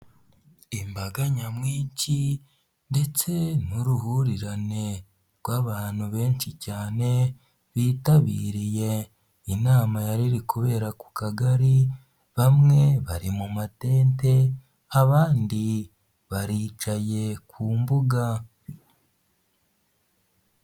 Imbaga nyamwinshi ndetse n'uruhurirane rw'abantu benshi cyane, bitabiriye inama yari iri kubera ku kagari, bamwe bari mu matente, abandi baricaye ku mbuga.